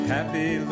Happy